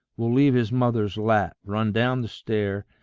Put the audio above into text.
will leave his mother's lap, run down the stair,